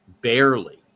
barely